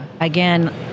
again